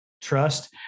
trust